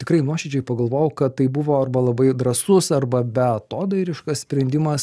tikrai nuoširdžiai pagalvojau kad tai buvo arba labai drąsus arba beatodairiškas sprendimas